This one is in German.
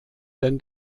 denn